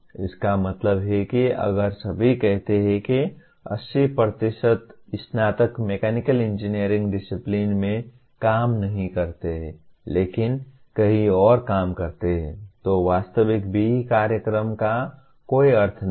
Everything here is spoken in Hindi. इसका मतलब है कि अगर सभी कहते हैं कि 80 स्नातक मैकेनिकल इंजीनियरिंग डिसिप्लिन में काम नहीं करते हैं लेकिन कहीं और काम करते हैं तो वास्तविक BE कार्यक्रम का कोई अर्थ नहीं है